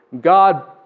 God